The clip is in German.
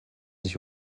sich